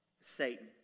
Satan